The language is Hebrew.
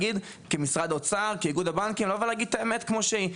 כמשרד האוצר וכאיגוד הבנקים להגיד את האמת כמו שהיא,